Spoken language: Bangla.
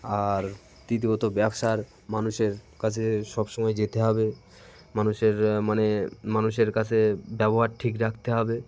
আর তৃতীয়ত ব্যবসার মানুষের কাছে সবসময় যেতে হবে মানুষের মানে মানুষের কাছে ব্যবহার ঠিক রাখতে হবে